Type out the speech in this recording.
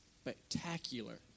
spectacular